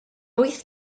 wyth